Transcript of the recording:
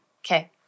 Okay